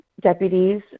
deputies